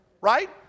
right